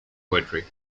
poetry